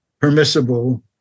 permissible